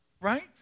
Right